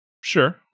Sure